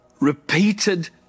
repeated